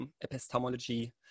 epistemology